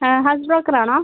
house broker ആണോ